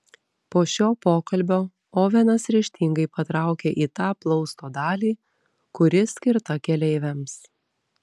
po šio pokalbio ovenas ryžtingai patraukė į tą plausto dalį kuri skirta keleiviams